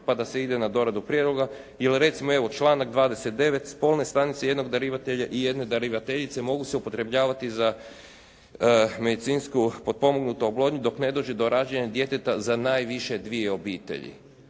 pa da se ide na doradu prijedloga jer recimo evo članak 29. spolne stanice jednog darivatelja i jedne darivateljice mogu se upotrebljavati za medicinsku potpomognutu oplodnju dok ne dođe do rađanja djeteta za najviše dvije obitelji.